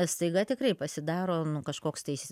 staiga tikrai pasidaro nu kažkoks tai